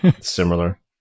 similar